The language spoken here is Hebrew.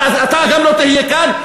אבל גם אתה לא תהיה כאן.